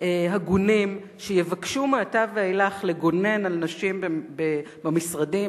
הגונים שיבקשו מעתה ואילך לגונן על נשים במשרדים,